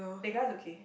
that guy is okay